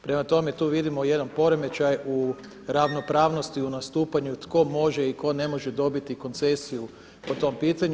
Prema tome, tu vidimo jedan poremećaj u ravnopravnosti u nastupanju tko može i tko ne može dobiti koncesiju po tom pitanju.